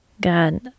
God